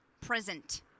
present